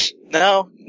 no